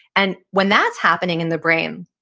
and when that's happening in the brain,